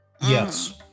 Yes